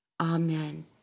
Amen